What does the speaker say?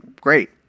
great